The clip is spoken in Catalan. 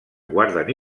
guarden